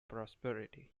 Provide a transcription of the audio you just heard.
prosperity